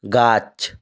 গাছ